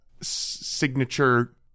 signature